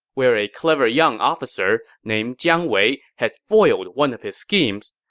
where a clever young officer named jiang wei had foiled one of his schemes.